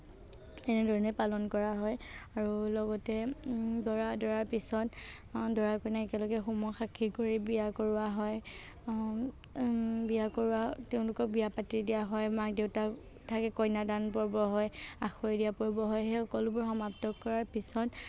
এনেধৰণে পালন কৰা হয় আৰু লগতে দৰা আদৰাৰ পিছত দৰা কইনাক একেলগে হোমক সাক্ষী কৰি বিয়া কৰোৱা হয় বিয়া কৰোৱা তেওঁলোকক বিয়া পাতি দিয়া হয় মাক দেউতাক থাকে কন্য়াদান পৰ্ব হয় আখৈ দিয়া পৰ্ব হয় সেই সকলোবোৰ সমাপ্ত কৰাৰ পিছত